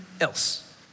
else